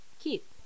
keep